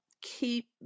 Keep